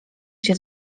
się